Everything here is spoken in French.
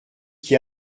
qui